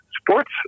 sports